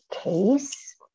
case